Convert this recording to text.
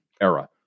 era